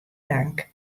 tank